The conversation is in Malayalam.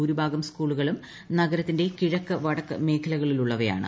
ഭൂരിഭാഗം സ്കൂളുകളും നഗരത്തിന്റെ കിഴക്ക് വടക്ക് മേഖലകളിലുള്ളവയാണ്